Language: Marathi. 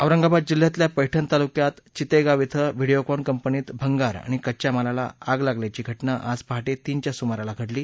औरंगाबाद जिल्ह्यातल्या पर्छा तालुक्यात चितेगाव इथं व्हिडिओकॉन कंपनीत भंगार आणि कच्च्या मालाला आग लागल्याची घटना आज पहाटे तीनच्या सुमारास घडली